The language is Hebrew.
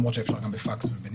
למרות שאפשר גם בפקס ובנייר,